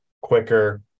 quicker